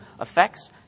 effects